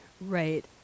Right